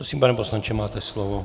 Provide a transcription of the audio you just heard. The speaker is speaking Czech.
Prosím, pane poslanče, máte slovo.